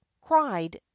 cried